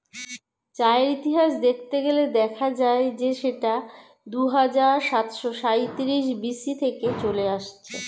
চায়ের ইতিহাস দেখতে গেলে দেখা যায় যে সেটা দুহাজার সাতশো সাঁইত্রিশ বি.সি থেকে চলে আসছে